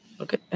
Okay